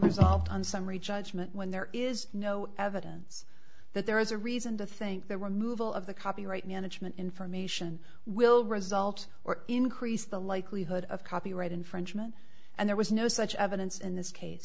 resolved on summary judgment when there is no evidence that there is a reason to think the removal of the copyright management information will result or increase the likelihood of copyright infringement and there was no such evidence in this case